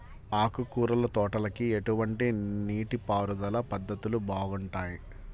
ఆకుకూరల తోటలకి ఎటువంటి నీటిపారుదల పద్ధతులు బాగుంటాయ్?